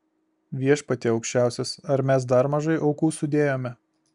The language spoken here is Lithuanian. viešpatie aukščiausias ar mes dar mažai aukų sudėjome